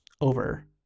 over